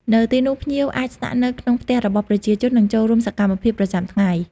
នៅទីនោះ ភ្ញៀវអាចស្នាក់នៅក្នុងផ្ទះរបស់ប្រជាជន និងចូលរួមសកម្មភាពប្រចាំថ្ងៃ។